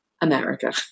America